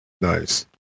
Nice